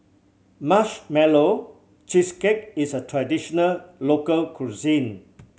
Marshmallow Cheesecake is a traditional local cuisine